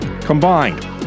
combined